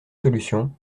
solution